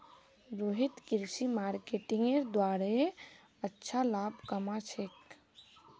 रोहित कृषि मार्केटिंगेर द्वारे अच्छा लाभ कमा छेक